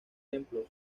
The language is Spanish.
templos